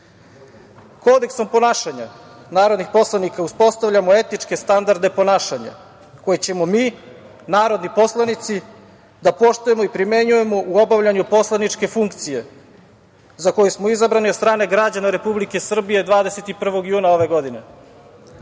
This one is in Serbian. godine. Kodeksom ponašanja narodnih poslanika uspostavljamo etičke standarde ponašanja koje ćemo mi, narodni poslanici, da poštujemo i primenjujemo u obavljanju poslaničke funkcije za koju smo izabrani od strane građana Republike Srbije 21. juna ove godine. Osnovni